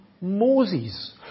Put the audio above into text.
Moses